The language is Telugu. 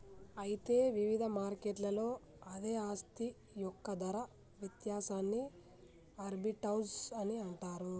అయితే వివిధ మార్కెట్లలో అదే ఆస్తి యొక్క ధర వ్యత్యాసాన్ని ఆర్బిటౌజ్ అని అంటారు